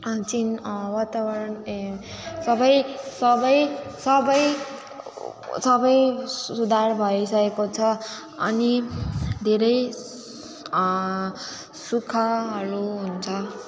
अनि चाहिँ वातावरण सबै सबै सबै सबै सुधार भइसकेको छ अनि धेरै सुखहरू हुन्छ